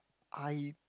I